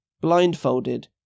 blindfolded